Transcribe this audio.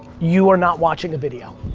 you are not watching a video,